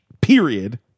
period